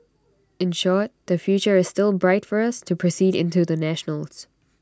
in short the future is still bright for us to proceed into the national's